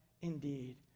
indeed